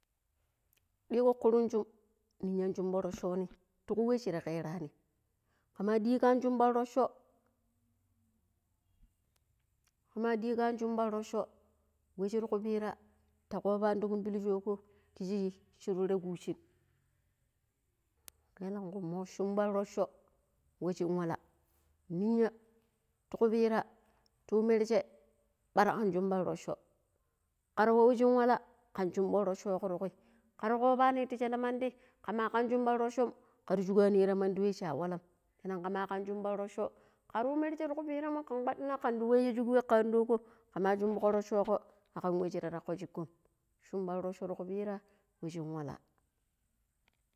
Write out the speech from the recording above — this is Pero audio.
﻿ɗigo krungum ninya shun rochoni tiku wai shir kerani kama ɗigo an shumban rocho kama ɗigo an shumban rocho we shir kupira ta kobani ti kumbili shou go kiji shi ture cushi ka elanku moi shumbon rocho wa shin walla ninya ti ku pira ti yu merje ɓara kan shumban rocho kar wa wai shin walla kan shumbon rochogo ti kwi kar kobani ti shele mandi kama kan shumban rochom kar shugani ti mandi wai shia wallam pennan kama kam shumban rocho kar yu merje ti. ku piranmo kan kwaɗina kan di wayi shig wai ka adogo kama shubugo rocho go agan wai shirarako shikom shumban rocho ra ku pira washin walla.